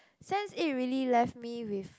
Sense Eight really left me with